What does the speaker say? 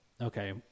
okay